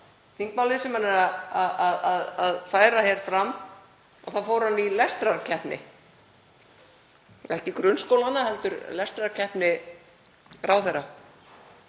þingmálið sem hann er að færa fram þá fór hann í lestrarkeppni, ekki grunnskólanna heldur lestrarkeppni ráðherra.